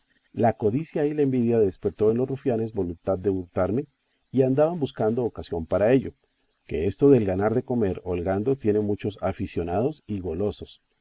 la codicia y la envidia despertó en los rufianes voluntad de hurtarme y andaban buscando ocasión para ello que esto del ganar de comer holgando tiene muchos aficionados y golosos